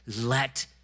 let